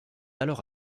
alors